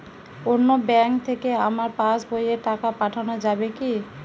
অন্য ব্যাঙ্ক থেকে আমার পাশবইয়ে টাকা পাঠানো যাবে কি?